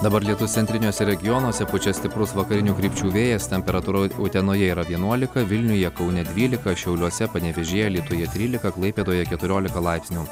dabar lietus centriniuose regionuose pučia stiprus vakarinių krypčių vėjas temperatūra utenoje yra vienuolika vilniuje kaune dvylika šiauliuose panevėžyje alytuje trylika klaipėdoje keturiolika laipsnių